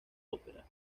ópera